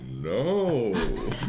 no